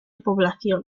población